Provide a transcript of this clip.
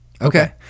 Okay